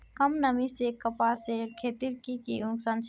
कम नमी से कपासेर खेतीत की की नुकसान छे?